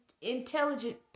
intelligent